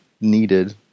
needed